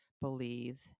believe